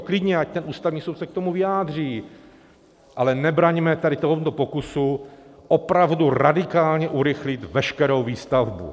Klidně, ať ten Ústavní soud se k tomu vyjádří, ale nebraňme tady tomuto pokusu opravdu radikálně urychlit veškerou výstavbu.